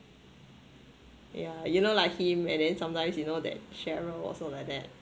yeah you know lah him and then sometimes you know that cheryl also like that